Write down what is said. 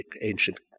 ancient